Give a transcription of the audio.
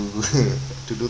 to do to do